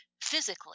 physically